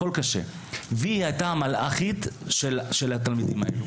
הכול קשה והיא הייתה מלאכית של התלמידים האלה.